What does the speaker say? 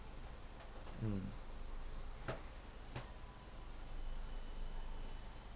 mm